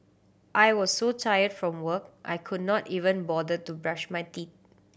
I was so tired from work I could not even bother to brush my teeth